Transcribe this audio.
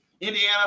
Indiana